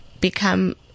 become